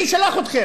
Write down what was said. מי שלח אתכם?